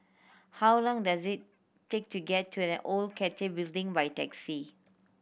how long does it take to get to an Old Cathay Building by taxi